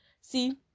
See